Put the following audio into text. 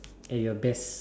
at your best